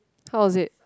how is it